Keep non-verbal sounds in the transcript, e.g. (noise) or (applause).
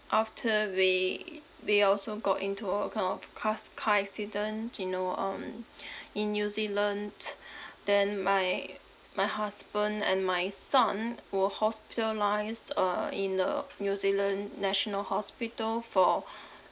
after we we also got into a kind of cars car accident you know um in new zealand (noise) then my my husband and my son were hospitalised uh in a new zealand national hospital for